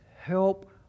help